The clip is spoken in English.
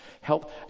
Help